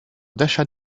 d’achat